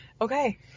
Okay